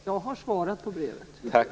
Fru talman! Tack! Törs man fråga hur?